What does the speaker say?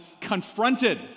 confronted